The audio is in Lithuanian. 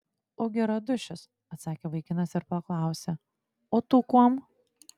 ugi radušis atsakė vaikinas ir paklausė o tu kuom